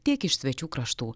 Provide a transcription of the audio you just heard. tiek iš svečių kraštų